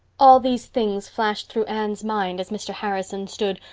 all these things flashed through anne's mind as mr. harrison stood,